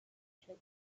sugar